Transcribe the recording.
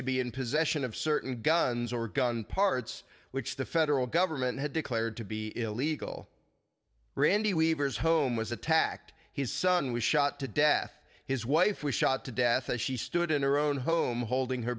to be in possession of certain guns or gun parts which the federal government had declared to be illegal randy weaver's home was attacked his son was shot to death his wife was shot to death as she stood in her own home holding her